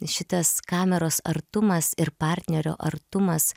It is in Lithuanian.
šitas kameros artumas ir partnerio artumas